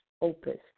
Opus